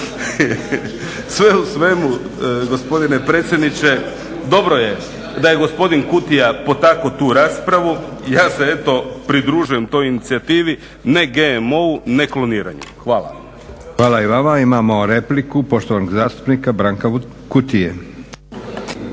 Sve u svemu gospodine predsjedniče dobro je da je gospodin Kutija potaknuo tu raspravu, ja se eto pridružujem to inicijativi, ne GMO-o, ne kloniranju. Hvala. **Leko, Josip (SDP)** Hvala i vama. Imamo repliku poštovanog zastupnika Branka Kutije.